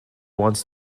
wants